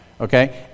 Okay